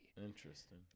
Interesting